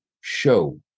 show